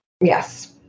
Yes